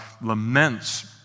laments